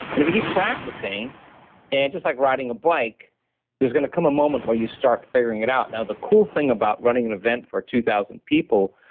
and if you keep practicing and just like riding a bike there's going to come a moment where you start figuring it out now the cool thing about running an event for two thousand people